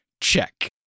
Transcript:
Check